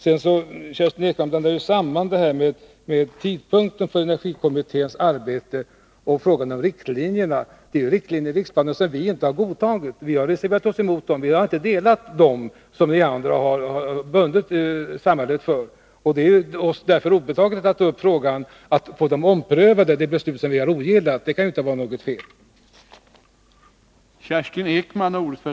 Kerstin Ekman blandar samman detta med tidpunkten för energikommitténs arbete och frågan om riktlinjerna. Det är ju riktlinjer som vi inte har godtagit, som vi har reserverat oss emot. Vi har inte godtagit de riktlinjer som ni andra har bundit samhället för. Det är därför oss obetaget att ta upp frågan om att ompröva det beslut som vi har ogillat. Det kan inte vara något fel i det.